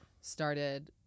started